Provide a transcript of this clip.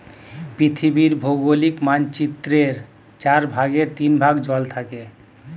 পৃথিবীর ভৌগোলিক মানচিত্রের চার ভাগের তিন ভাগ জল থাকে